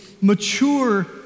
mature